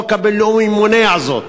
החוק הבין-לאומי מונע זאת.